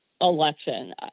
election